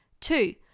two